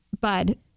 bud